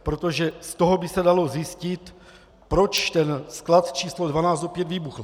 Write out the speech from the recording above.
Protože z toho by se dalo zjistit, proč ten sklad číslo 12 opět vybuchl.